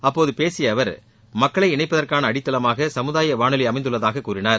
அப்போது பேசிய அவர் மக்களை இணைப்பதற்கான அடித்தளமாக சமுதாய வானொலி அமைந்துள்ளதாக கூறினார்